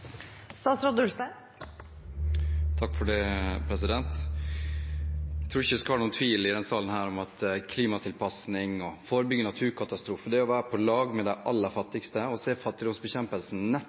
Jeg tror ikke det skal være noen tvil i denne salen om at klimatilpasning og det å forebygge naturkatastrofer, det å være på lag med de aller fattigste og se